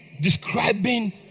describing